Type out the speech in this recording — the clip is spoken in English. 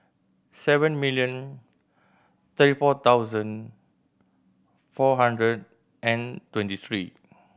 seven million thirty four thousand four hundred and twenty three